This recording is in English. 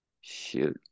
shoot